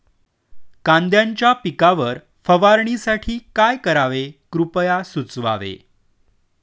कांद्यांच्या पिकावर फवारणीसाठी काय करावे कृपया सुचवावे